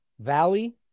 Valley